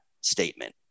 statement